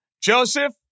Joseph